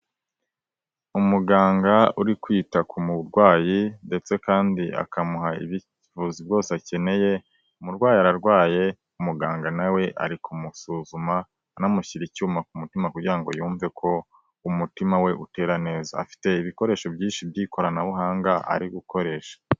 Umuganga uri kwita ku murwayi ndetse kandi akamuha ubuvuzi bwo akeneye, umurwayi arwaye umuganga na we ari kumusuzuma anamushyira icyuma ku mutima kugira ngo yumve ko umutima we utera neza, afite ibikoresho byinshi by'ikoranabuhanga ari gukoresha.